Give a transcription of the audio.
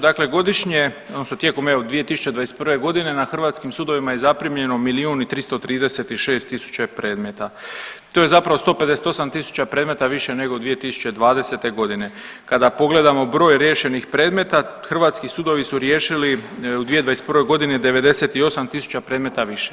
Dakle godišnje odnosno tijekom 2021.g. na hrvatskim sudovima je zaprimljeno milijun i 336 tisuća predmeta, to je zapravo 158.000 predmeta više nego 2020.g. Kada pogledamo broj riješenih predmeta, hrvatski sudovi su riješili u 2021.g. 98.000 predmeta više.